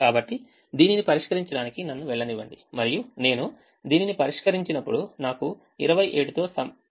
కాబట్టి దీనిని పరిష్కరించడానికి నన్ను వెళ్ళనివ్వండి మరియు నేను దీనిని పరిష్కరించినప్పుడు నాకు 27 తో పరిష్కారం ఉందని మీరు గ్రహిస్తారు